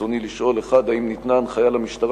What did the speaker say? רצוני לשאול: 1. האם ניתנה הנחיה למשטרה